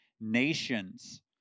nations